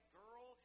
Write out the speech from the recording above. girl